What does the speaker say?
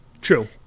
True